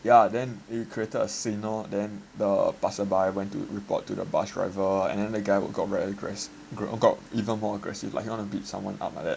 ya then they created a scene orh then the passerby went to report to the bus driver and then the guy went got even more aggressive like he wanna beat someone up like that